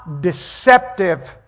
deceptive